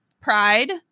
pride